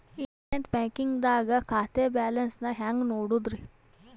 Internet banking ದಾಗ ಖಾತೆಯ balance ನ ಹೆಂಗ್ ನೋಡುದ್ರಿ?